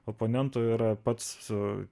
oponento yra pats su